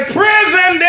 prison